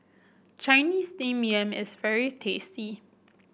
Chinese Steamed Yam is very tasty